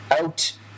Out